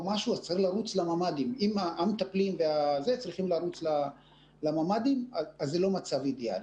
צריך לרוץ עם המטפלים לממ"דים וזה לא מצב אידיאלי.